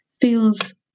feels